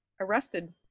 arrested